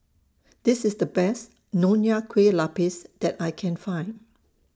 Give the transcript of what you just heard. This IS The Best Nonya Kueh Lapis that I Can Find